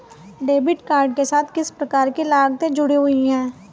Debit card के साथ किस प्रकार की लागतें जुड़ी हुई हैं?